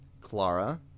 Clara